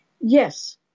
Yes